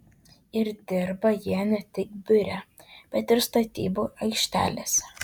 ir dirba jie ne tik biure bet ir statybų aikštelėse